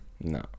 No